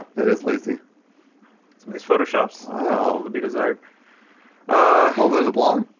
it is lazy its moist photoshop's oh the be desired ah well there's a blog